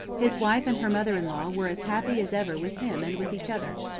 his wife and her mother-in-law were as happy as ever with him and with each other.